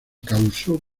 causó